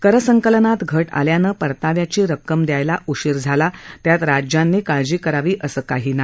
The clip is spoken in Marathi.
करसंकलनात घट आल्यानं परताव्याची रक्कम द्यायला उशीर झाला त्यात राज्यांनी काळजी करावी असं काही नाही